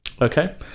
Okay